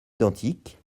identiques